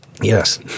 Yes